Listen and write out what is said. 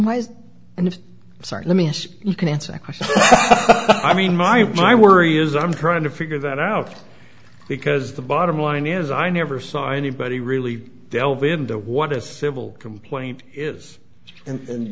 means you can answer that question i mean my my worry is i'm trying to figure that out because the bottom line is i never saw anybody really delve into what a civil complaint is and